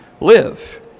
live